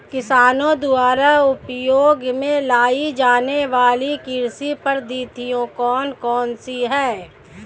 किसानों द्वारा उपयोग में लाई जाने वाली कृषि पद्धतियाँ कौन कौन सी हैं?